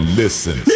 listen